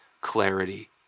clarity